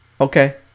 Okay